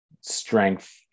strength